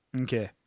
Okay